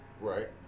Right